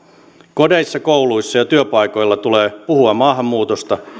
kodeissa kouluissa ja työpaikoilla tulee puhua maahanmuutosta